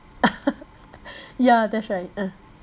yeah that's right ah